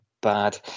bad